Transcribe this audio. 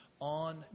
on